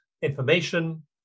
information